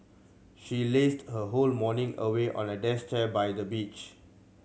she lazed her whole morning away on a deck chair by the beach